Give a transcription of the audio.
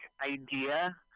idea